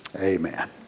amen